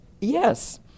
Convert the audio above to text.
Yes